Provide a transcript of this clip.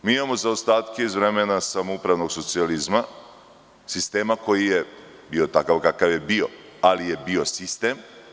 Imamo zaostatke iz vremena samoupravnog socijalizma, sistema koji je bio takav kakav je bio, ali je bio sistem.